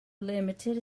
limited